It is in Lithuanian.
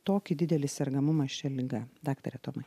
tokį didelį sergamumą šia liga daktare tomai